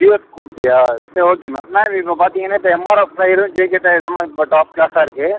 deo ஸ்கூட்டியா சரி okay ma'am ma'am இப்போது பார்த்தீங்கன்னா இப்போ எம் ஆர் எஃப் டயரும் ஜே கே டயரும் தான் மேம் இப்போ டாப் கிளாஸாக இருக்குது